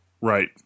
Right